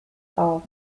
auf